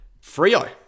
Frio